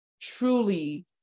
truly